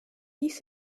dies